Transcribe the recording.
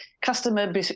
Customer